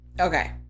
Okay